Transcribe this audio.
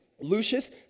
Lucius